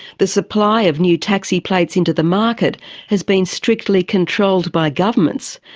the supply of new taxi plates into the market has been strictly controlled by governments,